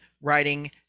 writing